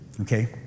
okay